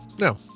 No